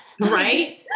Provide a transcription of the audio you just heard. Right